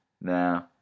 Nah